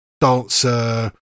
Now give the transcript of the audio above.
dancer